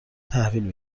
تحویل